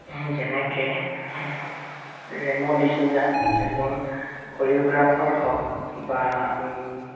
যেনেককৈ ৰেম' ডিচুজা এজন কৰিয়'গ্ৰাফাৰ হওঁক বা